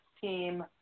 team